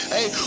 Hey